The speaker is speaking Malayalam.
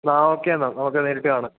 ആ ഓക്കെ എന്നാല് നമുക്ക് നേരിട്ട് കാണാം